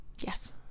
Yes